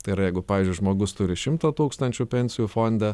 tai yra jeigu pavyzdžiui žmogus turi šimtą tūkstančių pensijų fonde